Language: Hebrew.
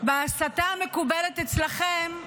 בהסתה המקובלת אצלכם,